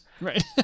Right